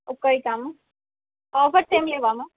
okay done offers ఏమీ లేవా ma'am